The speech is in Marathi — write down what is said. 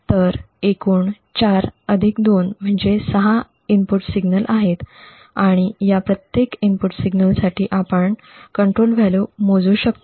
तर एकूण '4' अधिक '2' म्हणजे '6' इनपुट सिग्नल आहेत आणि या प्रत्येक इनपुट सिग्नलसाठी आपण नियंत्रण मूल्य मोजू शकतो